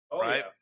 Right